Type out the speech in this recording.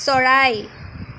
চৰাই